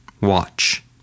watch